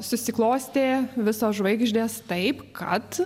susiklostė visos žvaigždės taip kad